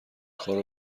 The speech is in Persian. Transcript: کارو